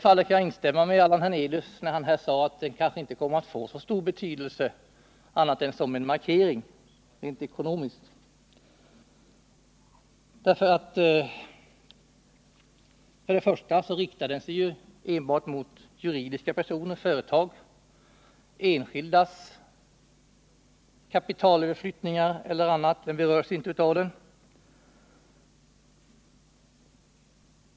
Jag kan hålla med Allan Hernelius, när han säger att lagen rent ekonomiskt kanske inte kommer att få så stor betydelse annat än som en markering. För det första riktar sig lagen enbart mot juridiska personer, företag. Enskildas kapitalöverflyttningar berörs inte av den.